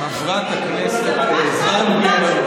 חברת הכנסת זנדברג,